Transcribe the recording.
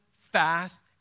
fast